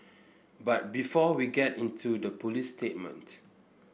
but before we get into the police statement